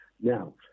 Now